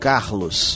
Carlos